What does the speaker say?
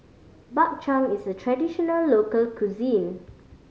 Bak Chang is a traditional local cuisine